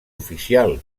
oficial